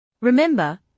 Remember